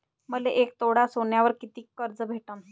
मले एक तोळा सोन्यावर कितीक कर्ज भेटन?